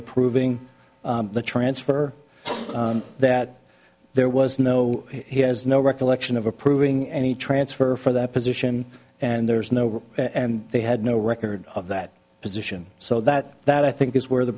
approving the transfer that there was no he has no recollection of approving any transfer for that position and there's no and they had no record of that position so that that i think is where the